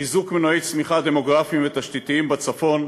חיזוק מנועי צמיחה דמוגרפיים ותשתיתיים בצפון,